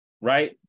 right